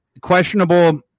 questionable